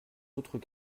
autres